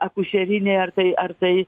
akušeriniai ar tai ar tai